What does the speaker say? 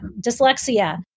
dyslexia